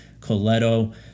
Coletto